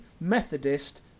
Methodist